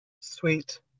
Sweet